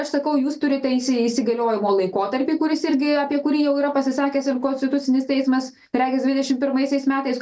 aš sakau jūs turite įsi įsigaliojimo laikotarpį kuris irgi apie kurį jau yra pasisakęs ir konstitucinis teismas regis dvidešim pirmaisiais metais